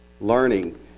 learning